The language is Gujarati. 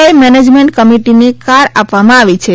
આઈ મેનેજમેન્ટકમિટીને કાર આપવામાં આવી છે